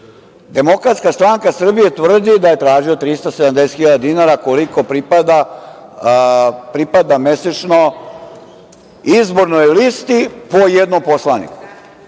Demokratska stranka Srbije tvrdi da je tražio 370 hiljada dinara, koliko pripada mesečno izbornoj listi po jednom poslaniku.